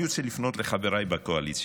אני רוצה לפנות לחבריי בקואליציה: